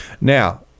Now